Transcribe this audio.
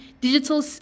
digital